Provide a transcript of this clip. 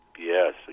Yes